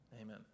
Amen